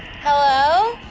hello?